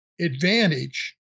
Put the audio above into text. advantage